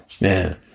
man